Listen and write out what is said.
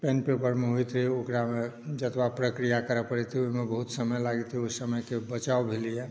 PAN paper मे होइत रहय ओकरा जतबा प्रक्रिया करऽ पड़ैत रहय ओहिमे बहुत समय लागैत रहय ओहि समयकेँ बचाव के लेल